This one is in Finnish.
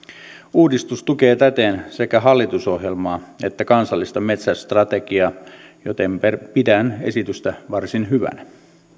uudistus tukee täten sekä hallitusohjelmaa että kansallista metsästrategiaa joten pidän esitystä varsin hyvänä